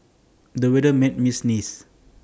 the weather made me sneeze